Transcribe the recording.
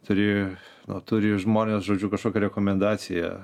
turi na turi žmonės žodžiu kažkokią rekomendaciją